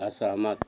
असहमत